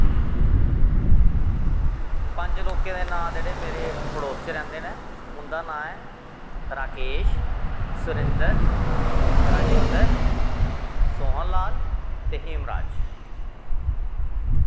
पंज लोकें दे नांऽ जेह्ड़े मेरे पड़ोस च रैंह्दे नै उंदा नांऽ ऐ राकेश सुरिन्द्र राजेन्द्र सोहन लाल ते हीम राज